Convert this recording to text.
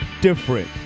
different